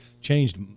changed